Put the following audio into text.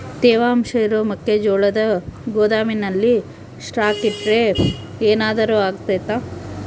ತೇವಾಂಶ ಇರೋ ಮೆಕ್ಕೆಜೋಳನ ಗೋದಾಮಿನಲ್ಲಿ ಸ್ಟಾಕ್ ಇಟ್ರೆ ಏನಾದರೂ ಅಗ್ತೈತ?